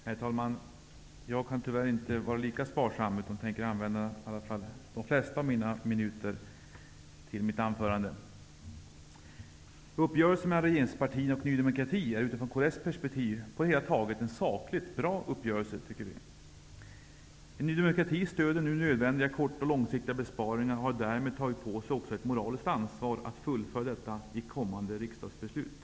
Herr talman! Jag kan tyvärr inte vara lika sparsam, utan tänker använda åtminstone de flesta minuter av min anmälda taletid till mitt anförande. Uppgörelsen mellan regeringspartierna och Ny demokrati är utifrån kds perspektiv på det hela taget en sakligt bra uppgörelse. Regeringens långsiktiga saneringsprogram kommer att få riksdagens godkännande liksom riktlinjerna för penningpolitiken. Ny demokrati stöder nu nödvändiga kort och långsiktiga besparingar och har därmed tagit på sig ett moraliskt ansvar att fullfölja detta i kommande riksdagsbeslut.